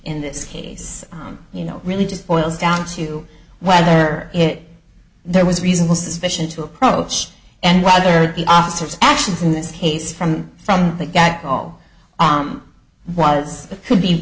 in this case you know really just boils down to whether it there was reasonable suspicion to approach and whether the officer's actions in this case from from the got all was could be